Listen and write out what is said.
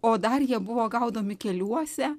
o dar jie buvo gaudomi keliuose